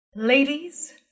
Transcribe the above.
Ladies